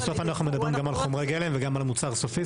בסוף אנחנו מדברים גם על חומרי גלם וגם על המוצר הסופי.